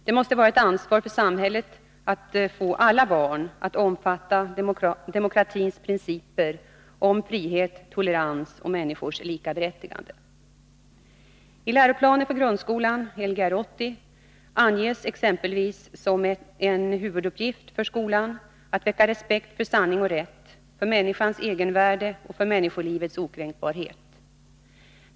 Det måste vara ett ansvar för samhället att få alla barn att omfatta demokratins principer om frihet, tolerans och människors likaberättigande. I läroplanen för grundskolan anges exempelvis som en huvud uppgift för skolan att väcka respekt för sanning och rätt, för människans egenvärde och för människolivets okränkbarhet.